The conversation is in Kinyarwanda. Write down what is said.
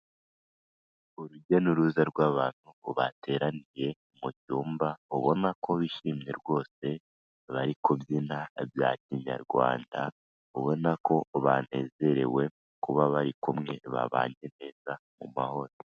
Urujya n'uruza rw'abantu bateraniye mu cyumba, ubona ko wishimye rwose, bari kubyina bya kinyarwanda, ubona ko banezerewe kuba bari kumwe, babanye neza mu mahoro.